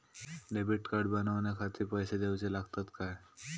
Debit card बनवण्याखाती पैसे दिऊचे लागतात काय?